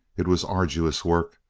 it was arduous work,